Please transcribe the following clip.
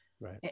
Right